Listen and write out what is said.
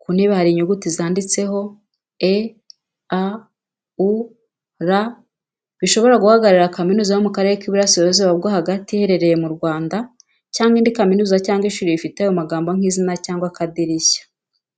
Ku ntebe hari inyuguti zanditseho E.A.U.R bishobora guhagararira kaminuza yo mu karere k'iburasirazuba bwo hagata iherereye mu Rwanda cyangwa indi kaminuza cyangwa ishuri rifite ayo magambo nk'izina cyangwa akadirishya.